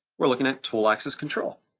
we're looking at tool axis control.